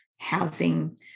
housing